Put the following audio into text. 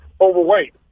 overweight